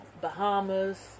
bahamas